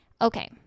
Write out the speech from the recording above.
Okay